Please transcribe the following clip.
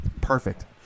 Perfect